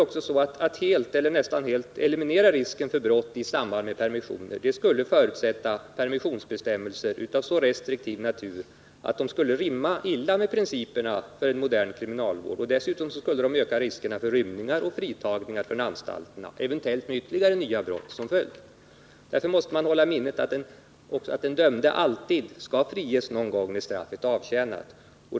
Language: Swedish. Möjligheten att helt eller nästan helt eliminera risken för brott i samband med permissioner skulle förutsätta permissionsbestämmelser av så restriktiv natur att de skulle rimma illa med principerna för modern kriminalvård. Dessutom skulle de öka riskerna för rymningar och fritagningar från anstalterna, eventuellt med ytterligare nya brott som följd. Därför måste man också hålla i minnet att den dömde alltid skall friges någon gång när straffet blivit avtjänat.